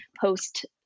post